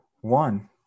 one